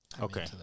Okay